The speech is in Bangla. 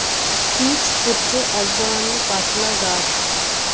পিচ্ হচ্ছে এক ধরণের পাতলা গাছ